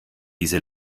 diese